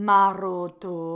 Maroto